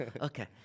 Okay